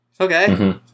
Okay